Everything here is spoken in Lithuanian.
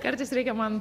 kartais reikia man